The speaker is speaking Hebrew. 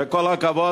כל הכבוד,